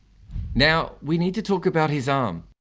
now we need to talk about his um